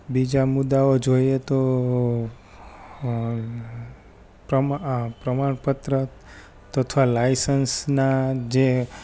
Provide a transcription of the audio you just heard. બીજા મુદ્દાઓ જોઈએ તો પ્રમાણપત્ર તથા લાઈસન્સના જે